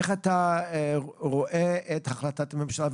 איך אתה רואה את החלטת הממשלה?